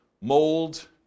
mold